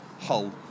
Hull